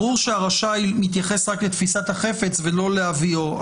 ברור שה"רשאי" מתייחס רק לתפיסת החפץ ולא להביאו.